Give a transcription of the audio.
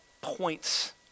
points